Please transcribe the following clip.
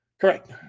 Correct